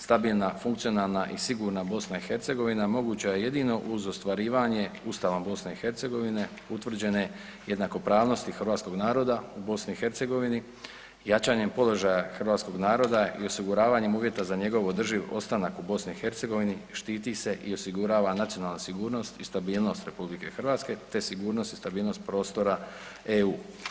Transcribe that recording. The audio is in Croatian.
Stabilna, funkcionalna i sigurna BiH moguća je jedino uz ostvarivanje Ustavom BiH utvrđene jednakopravnosti hrvatskog naroda u BiH, jačanjem položaja hrvatskog naroda i osiguravanjem uvjeta za njegov održiv ostanak u BiH štiti se i osigurava nacionalna sigurnost i stabilnost RH te sigurnost i stabilnost prostora EU.